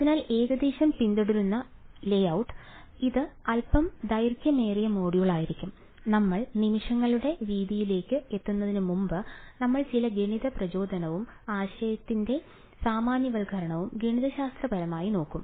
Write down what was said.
അതിനാൽ ഏകദേശം പിന്തുടരുന്ന ലേഔട്ട് ഇത് അൽപ്പം ദൈർഘ്യമേറിയ മൊഡ്യൂളായിരിക്കും നമ്മൾ നിമിഷങ്ങളുടെ രീതിയിലേക്ക് എത്തുന്നതിനുമുമ്പ് നമ്മൾ ചില ഗണിത പ്രചോദനവും ആശയത്തിന്റെ സാമാന്യവൽക്കരണവും ഗണിതശാസ്ത്രപരമായി നോക്കും